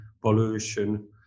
pollution